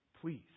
Please